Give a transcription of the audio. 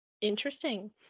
Interesting